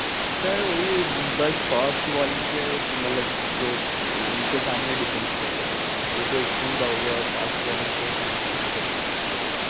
سر وہی بس fast bowling کے جو مطلب جو ان کے سامنے ڈیفینس کیسے کہتے ہیں یہ تو اسپن کا ہو گیا اور فاسٹ بالنگ کے سامنے ڈفینس